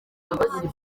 abakozi